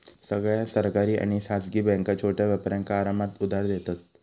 सगळ्या सरकारी आणि खासगी बॅन्का छोट्या व्यापारांका आरामात उधार देतत